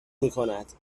میکند